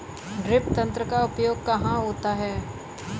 Drip तंत्र का उपयोग कहाँ होता है?